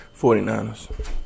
49ers